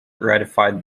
ratified